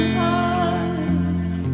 love